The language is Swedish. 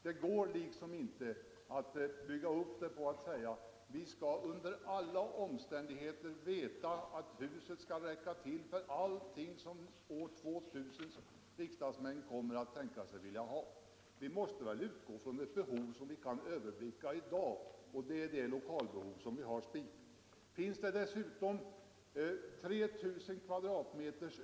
Det går liksom inte att bygga upp det hela på att vi under alla omständigheter skall veta att huset räcker till för allting som riksdagsmännen år 2000 kommer att vilja ha. Vi måste väl utgå från ett behov som vi kan överblicka i dag, och det är det lokalbehov som vi har spikat. Finns det dessutom 3 000 m?